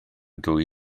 dwy